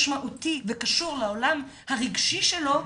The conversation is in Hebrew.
משמעותי וקשור לעולם הרגשי שלו,